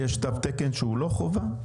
יש תו תקן שהוא לא חובה?